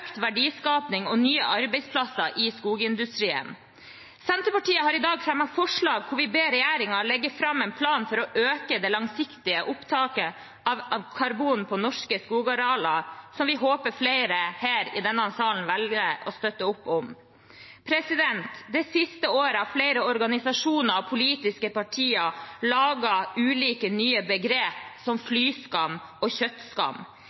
økt verdiskaping og nye arbeidsplasser i skogindustrien. Senterpartiet har i dag fremmet forslag der vi ber regjeringen legge fram en plan for å øke det langsiktige opptaket av karbon på norske skogarealer, som vi håper flere i denne salen velger å støtte opp om. Det siste året har flere organisasjoner og politiske partier laget ulike nye begrep, som «flyskam» og